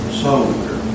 soldier